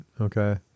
Okay